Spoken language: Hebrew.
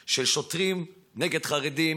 של שוטרים נגד חרדים,